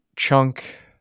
Chunk